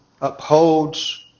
upholds